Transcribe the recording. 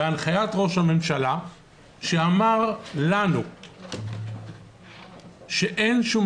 בהנחיית ראש הממשלה שאמר לנו שאין שום